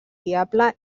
diable